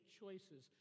choices